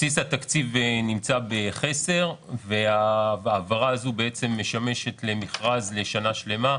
בסיס התקציב נמצא בחסר וההעברה הזו משמשת למכרז לשנה שלמה,